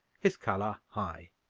his colour high.